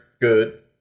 good